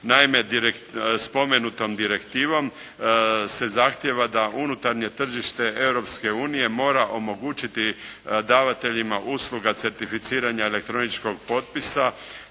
Naime, spomenutom direktivom se zahtjeva da unutarnje tržite Europske unije mora omogućiti davateljima usluga ceritificiranja elektroničkog potpisa